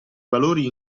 valori